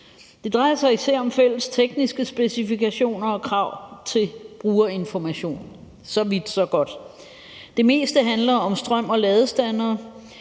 Det drejer sig især om fælles tekniske specifikationer og krav til brugerinformation. Så vidt så godt. Det meste handler om strøm og ladestandere,